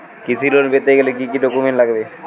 কৃষি লোন পেতে গেলে কি কি ডকুমেন্ট লাগবে?